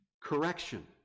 correction